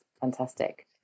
fantastic